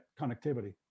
connectivity